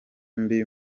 mbi